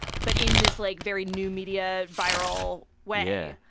but in this, like, very new media viral way.